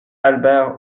albert